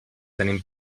tenim